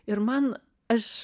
ir man aš